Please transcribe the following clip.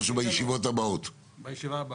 בישיבה הבאה.